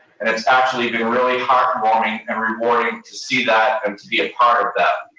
and it's actually been really heartwarming and rewarding to see that, and to be a part of that.